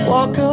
Walk